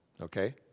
Okay